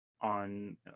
on